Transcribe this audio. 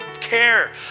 care